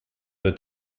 the